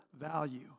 value